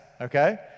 okay